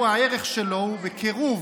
והערך שלו הוא 1.618 בקירוב.